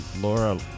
Laura